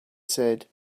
said